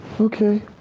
Okay